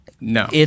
No